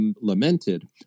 lamented